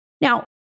Now